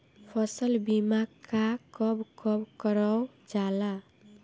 फसल बीमा का कब कब करव जाला?